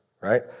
right